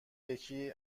یکی